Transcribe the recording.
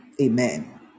Amen